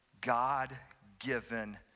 God-given